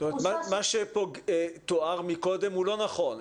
כלומר, מה שתואר פה קודם הוא לא נכון.